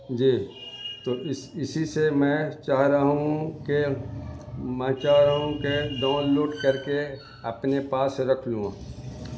جی تو اس اسی سے میں چاہ رہا ہوں کہ میں چاہ رہا ہوں کہ ڈؤنلوڈ کر کے اپنے پاس رکھ لوں